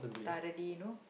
thoroughly you know